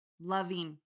loving